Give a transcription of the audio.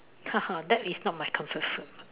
that is not my comfort food